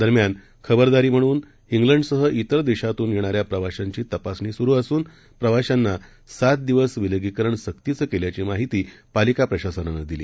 दरम्यान खबरदारीम्हणूनख्लिंडसहतिरदेशातूनयेणाऱ्याप्रवाशांचीतपासणीसुरूअसून प्रवाशांनासातदिवसविलगीकरणसक्तीचंकेल्याचीमाहितीपालिकाप्रशासनानंदिली